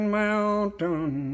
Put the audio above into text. mountain